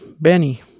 Benny